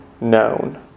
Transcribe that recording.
known